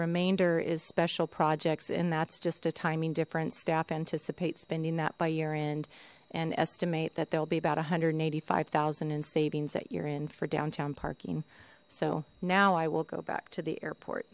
remainder is special projects and that's just a timing different staff anticipate spending that by your end and estimate that there will be about a hundred and eighty five thousand in savings that you're in for downtown parking so now i will go back to the airport